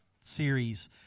series